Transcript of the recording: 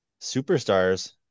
superstars